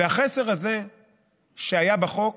והחסר הזה שהיה בחוק